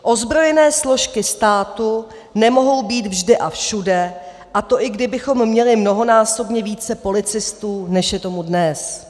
Ozbrojené složky státu nemohou být vždy a všude, a to i kdybychom měli mnohonásobně více policistů, než je tomu dnes.